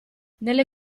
nelle